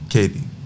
Katie